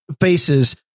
Faces